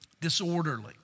Disorderly